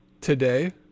today